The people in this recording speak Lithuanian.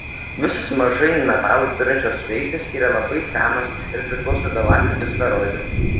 visos mažai metalų turinčios žvaigždės yra labai senos ir priklauso galaktikos sferoidui